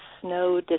snow